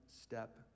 step